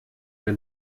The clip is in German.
der